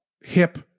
hip